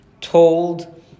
told